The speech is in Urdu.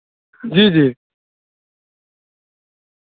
جی جی